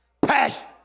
Passion